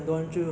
好